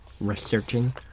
researching